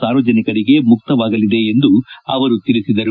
ಸಾರ್ವಜನಿಕರಿಗೆ ಮುಕ್ತವಾಗಲಿದೆ ಎಂದು ಅವರು ತಿಳಿಸಿದರು